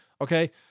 Okay